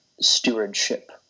stewardship